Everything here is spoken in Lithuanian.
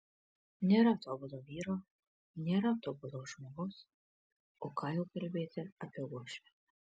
nėra tobulo vyro nėra tobulos žmonos o ką jau kalbėti apie uošvę